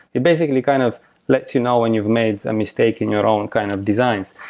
it basically kind of lets you know when you've made a mistake in your own kind of designs.